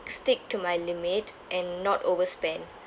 stick to my limit and not overspend